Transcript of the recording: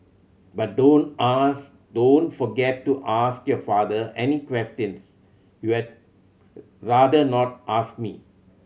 but don't ask don't forget to ask your father any questions you'd rather not ask me